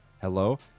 Hello